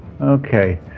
Okay